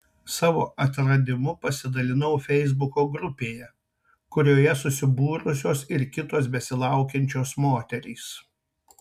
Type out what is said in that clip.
savo atradimu pasidalinau feisbuko grupėje kurioje susibūrusios ir kitos besilaukiančios moterys